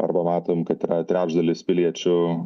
arba matom kad yra trečdalis piliečių